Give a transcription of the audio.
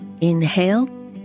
Inhale